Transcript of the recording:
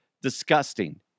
disgusting